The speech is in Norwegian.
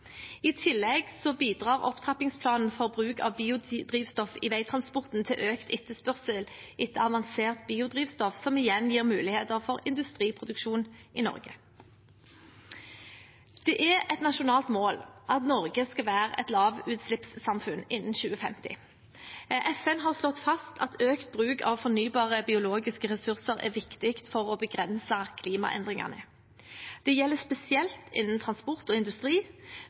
I tillegg bidrar opptrappingsplanen for bruk av biodrivstoff i veitransporten til økt etterspørsel etter avansert biodrivstoff, som igjen gir muligheter for industriproduksjon i Norge. Det er et nasjonalt mål at Norge skal være et lavutslippssamfunn innen 2050. FN har slått fast at økt bruk av fornybare biologiske ressurser er viktig for å begrense klimaendringene. Det gjelder spesielt innen transport og industri,